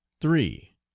three